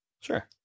Sure